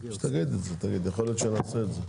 אבל אנשים צריכים לדעת.